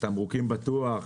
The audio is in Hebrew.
התמרוקים בטוח,